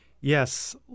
yes